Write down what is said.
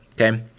Okay